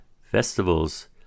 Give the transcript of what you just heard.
festivals